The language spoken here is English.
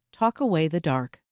talkawaythedark